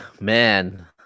man